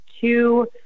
two